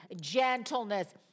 gentleness